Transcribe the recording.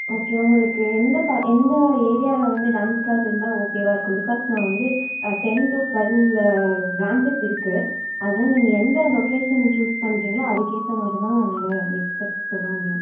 okay உங்களுக்கு எந்த எந்த ஏரியாவில வந்து டான்ஸ் கிளாஸ் இருந்தா ஓகேவாக இருக்கும் பிகாஸ் நான் வந்து டென் டு ட்வெல் பிரான்ச்சஸ் இருக்கு அதில் நீங்கள் எந்த லொக்கேஷன் சூஸ் பண்ணுறிங்களோ அதுக்கேற்றமாரி தான் என்னால் நெக்ஸ்ட் ஸ்டெப் சொல்ல முடியும்